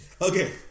Okay